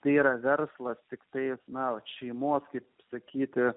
tai yra verslas tiktais na va šeimos sakyti